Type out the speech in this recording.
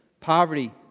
poverty